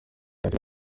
yari